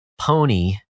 pony